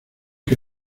que